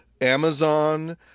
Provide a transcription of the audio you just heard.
Amazon